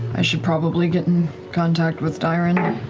i should probably get in contact with dairon